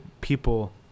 people